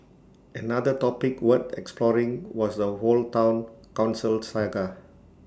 another topic worth exploring was the whole Town Council saga